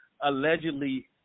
allegedly